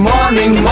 Morning